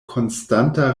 konstanta